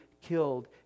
killed